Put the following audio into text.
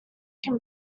can